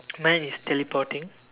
mine is teleporting